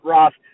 Ross